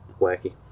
Wacky